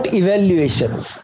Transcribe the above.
evaluations